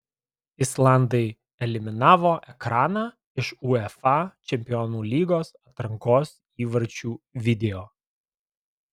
islandai eliminavo ekraną iš uefa čempionų lygos atrankos įvarčių video